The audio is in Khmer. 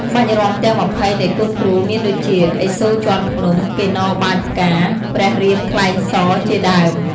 ក្បាច់រាំទាំង ២០ នៃគុនគ្រូ មានដូចជា ឥសូរជាន់ភ្នំ, កិន្នរបាចផ្កា, ព្រះរាមថ្លែងសរ ជាដើម។